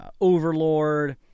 overlord